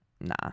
Nah